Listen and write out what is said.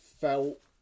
felt